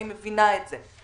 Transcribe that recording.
אני מבינה את זה.